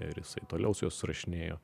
ir jisai toliau su juo susirašinėjo